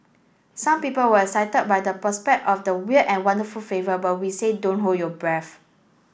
some people were excited by the prospect of the weird and wonderful flavour but we say don't hold your breath